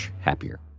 happier